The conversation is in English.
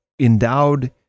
Endowed